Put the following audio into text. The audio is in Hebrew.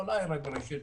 אולי רק בראשית